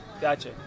gotcha